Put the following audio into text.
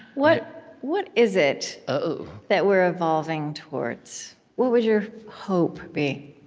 what what is it that we're evolving towards? what would your hope be,